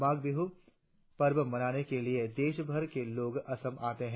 माघ बिहु पर्व मनाने के लिए देशभर के लोग असम आते हैं